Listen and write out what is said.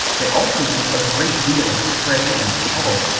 they also took a great deal of prey and cattle,